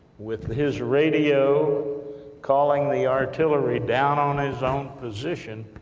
with his radio calling the artillery down on his own position,